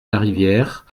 larivière